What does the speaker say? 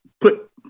put